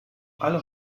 alle